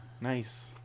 Nice